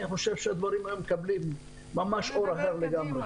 אני חושב שהדברים היו מקבלים אור אחר לגמרי.